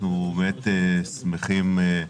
כפי שסיכמנו,